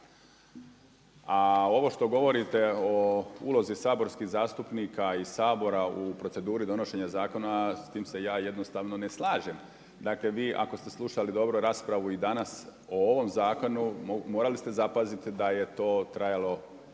A ovo što govorite o ulozi saborskih zastupnika i Sabora u proceduri donošenja zakona, s tim se ja jednostavno ne slažem. Dakle, vi ako ste slušali dobro i raspravu i danas o ovome zakonu morali ste zapaziti da je to trajalo više